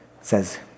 says